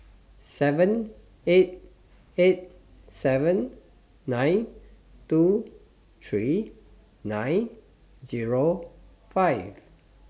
seven eight eight seven nine two three nine Zero five